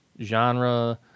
genre